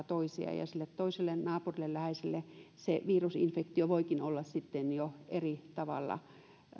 toisia ja ja sille toiselle naapurille läheiselle se virusinfektio voikin olla sitten jo eri tavalla